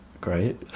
Great